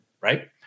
right